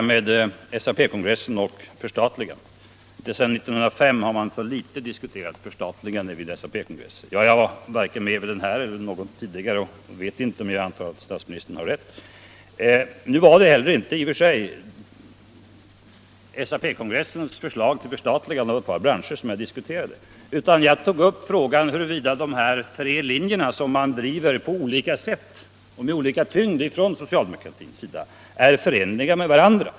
Så något om SAP-kongressen och förstatligandet. Sedan 1905 skulle förstatligandet inte ha diskuterats så litet som vid SAP-kongressen förra året. Det vet jag inte, eftersom jag inte var med på den senaste kongressen, lika litet som jag har varit med vid någon tidigare SAP-kongress, men jag antar att statsministern har rätt där. Och nu var det heller inte i och för sig SAP-kongressens förslag om förstatligande av ett par branshcer som jag tog upp, utan frågan huruvida de tre linjer som man driver på olika sätt och med olika tyngd från socialdemokraternas sida är förenliga med varandra.